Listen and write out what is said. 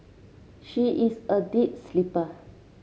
she is a deep sleeper